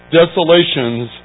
desolations